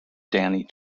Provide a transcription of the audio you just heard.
danny